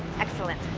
excellent.